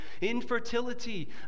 infertility